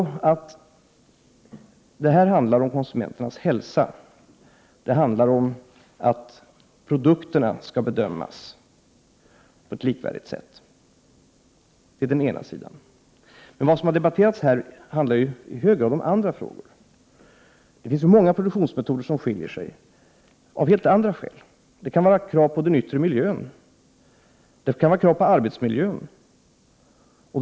Vad det handlar om är konsumenternas hälsa, om att produkterna skall bedömas på ett likvärdigt sätt. Det som har debatterats här handlar i hög grad om andra frågor. Det finns många produktionsmetoder som skiljer sig från våra av helt andra skäl. Det kan vara krav på den yttre miljön, krav på arbetsmiljön osv.